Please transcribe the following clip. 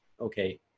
okay